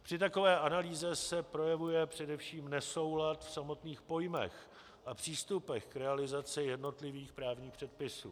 Při takové analýze se projevuje především nesoulad v samotných pojmech a přístupech k realizaci jednotlivých právních předpisů.